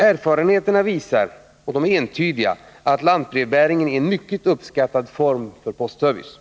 Erfarenheterna visar — och de är entydiga — att lantbrevbäringen är en mycket uppskattad serviceform.